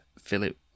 Philip